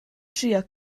trio